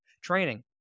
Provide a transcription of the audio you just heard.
training